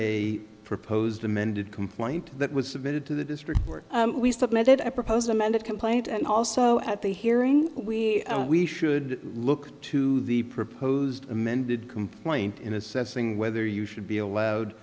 a proposed amended complaint that was submitted to the district court we submitted a proposed amended complaint and also at the hearing we we should look to the proposed amended complaint in assessing whether you should be allowed